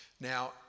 Now